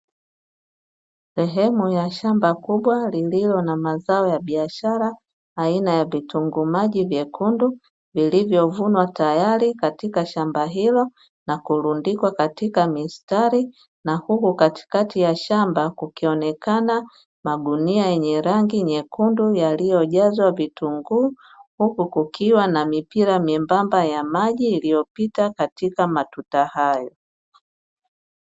Sehemu ya shamba kubwa lililo na mazao ya biashara aina ya vitunguu maji vyakundu, vilivyovunwa tayari katika shamba hilo na kurudikwa katika mistari, na huku katikati ya shamba kukionekana magunia yenye rangi nyekundu iliyojazwa vitunguu, huku kukiwa na mipira membamba ya maji iliyopita katika matuta hayo.